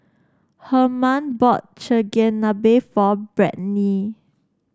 Harman bought Chigenabe for Brittnie